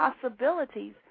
possibilities